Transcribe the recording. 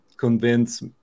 convince